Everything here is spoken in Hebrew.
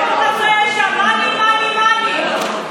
תודה רבה, אדוני היושב-ראש.